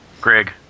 Greg